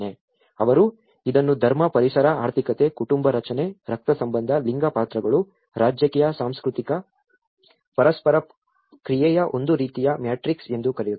ಅವರು ಇದನ್ನು ಧರ್ಮ ಪರಿಸರ ಆರ್ಥಿಕತೆ ಕುಟುಂಬ ರಚನೆ ರಕ್ತಸಂಬಂಧ ಲಿಂಗ ಪಾತ್ರಗಳು ರಾಜಕೀಯ ಸಾಂಸ್ಕೃತಿಕ ಪರಸ್ಪರ ಕ್ರಿಯೆಯ ಒಂದು ರೀತಿಯ ಮ್ಯಾಟ್ರಿಕ್ಸ್ ಎಂದು ಕರೆಯುತ್ತಾರೆ